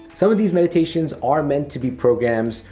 some of these meditations are meant to be programs,